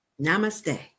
Namaste